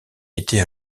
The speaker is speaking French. été